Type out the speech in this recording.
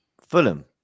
Fulham